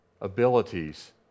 abilities